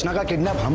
and got kidnapped um